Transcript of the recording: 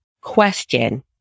Question